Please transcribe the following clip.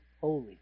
holy